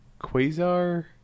Quasar